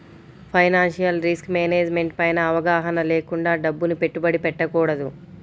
financial risk management పైన అవగాహన లేకుండా డబ్బుని పెట్టుబడి పెట్టకూడదు